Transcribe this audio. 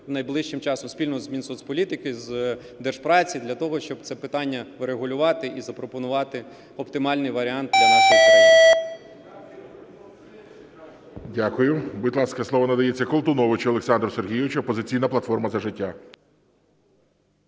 найближчим часом спільно з Мінсоцполітики, з Держпраці для того, щоб це питання врегулювати і запропонувати оптимальний варіант для нашої країни. ГОЛОВУЮЧИЙ. Дякую. Будь ласка, слово надається Колтуновичу Олександру Сергійовичу, "Опозиційна платформа - За життя".